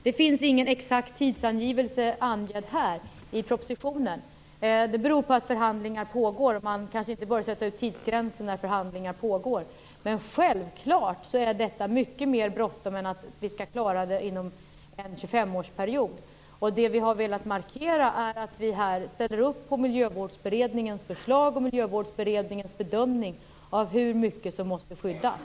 Det finns ingen exakt tidsangivelse i propositionen. Det beror på att förhandlingar pågår, och man bör kanske inte sätta ut tidsgränser när förhandlingar pågår. Men självklart är det mycket mer bråttom än att vi skall klara det inom en 25-årsperiod. Vi har velat markera att vi ställer upp på Miljövårdsberedningens förslag och bedömning av hur mycket som måste skyddas.